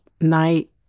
night